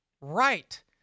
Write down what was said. right